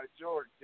George